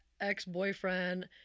ex-boyfriend